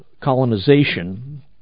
colonization